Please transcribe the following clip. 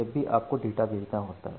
जब भी आपको डाटा भेजना होता हैं